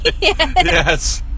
Yes